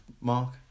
mark